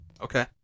Okay